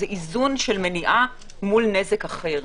זה איזון של מניעה מול נזק אחר,